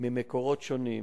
ממקורות שונים: